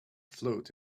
float